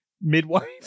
midwife